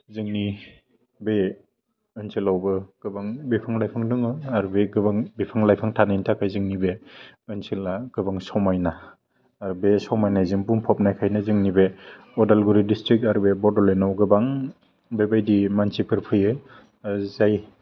जोंनि बे ओनसोलावबो गोबां बिफां लाइफां दङ आरो बे गोबां बिफां लाइफां थानायनि थाखाय जोंनि बे ओनसोला गोबां समायना आरो बे समायनाजों बुंफबनायखायनो जोंनि बे अदालगुरि डिस्ट्रिक्ट आरो बे बड'लेण्डयाव गोबां बेबायदि मानसिफोर फैयो ओह जाय